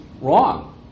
wrong